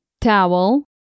Towel